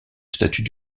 statut